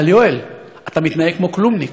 אבל, יואל, אתה מתנהג כמו כלומניק.